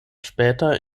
später